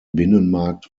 binnenmarkt